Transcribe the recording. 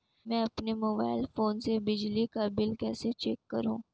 मैं अपने mobile phone से बिजली का बिल कैसे चेक करूं?